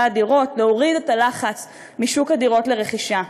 הדירות ולהוריד את הלחץ משוק הדירות לרכישה.